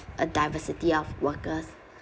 a diversity of workers